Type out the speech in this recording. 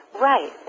Right